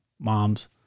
moms